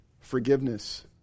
forgiveness